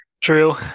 True